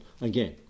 again